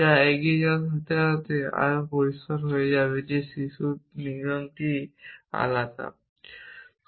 যা আমরা এগিয়ে যাওয়ার সাথে সাথে আরও পরিষ্কার হয়ে যাবে যেটি শিশুর আলাদা নিয়ম